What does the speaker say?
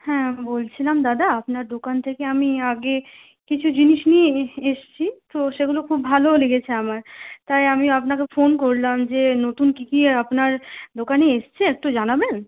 হ্যাঁ বলছিলাম দাদা আপনার দোকান থেকে আমি আগে কিছু জিনিস নিয়ে এসেছি তো সেগুলো খুব ভালোও লেগেছে আমার তাই আমি আপনাকে ফোন করলাম যে নতুন কী কী আপনার দোকানে এসেছে একটু জানাবেন